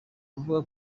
kuvuga